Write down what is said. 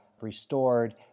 restored